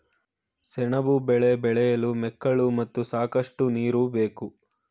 ಸೆಣಬು ಬೆಳೆ ಬೆಳೆಯಲು ಮೆಕ್ಕಲು ಮಣ್ಣು ಮತ್ತು ಸಾಕಷ್ಟು ನೀರು ಬೇಕು